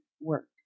work